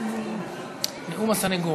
נאום הסנגור.